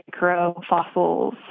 microfossils